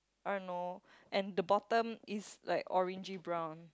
uh and the bottom is like orangey brown